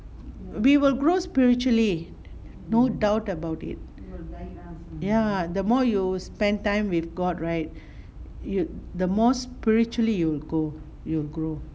we will grow spiritually no doubt about it ya the more you spend time with god right you the more spiritually you'll go you'll grow